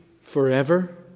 forever